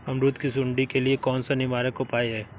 अमरूद की सुंडी के लिए कौन सा निवारक उपाय है?